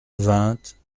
vingt